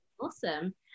Awesome